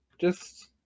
Just-